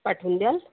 पाठवून द्याल